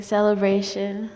Celebration